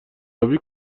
آبی